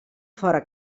fora